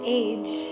age